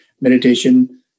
meditation